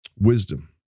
Wisdom